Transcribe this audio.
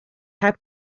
heb